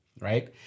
right